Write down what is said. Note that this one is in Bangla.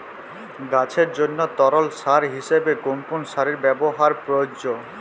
গাছের জন্য তরল সার হিসেবে কোন কোন সারের ব্যাবহার প্রযোজ্য?